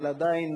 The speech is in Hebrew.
אבל עדיין,